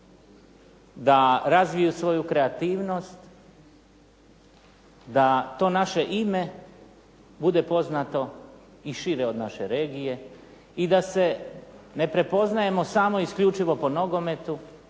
da razviju svoju kreativnost, da to naše ime bude poznato i šire od naše regije i da se ne prepoznajemo samo isključivo po nogometu,